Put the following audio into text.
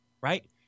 right